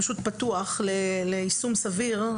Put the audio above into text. פתוח ליישום סביר,